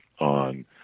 on